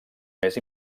més